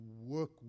work